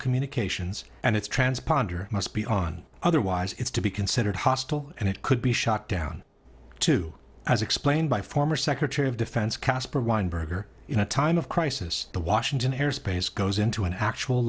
communications and its transponder must be on otherwise it's to be considered hostile and it could be shot down too as explained by former secretary of defense caspar weinberger in a time of crisis the washington airspace goes into an actual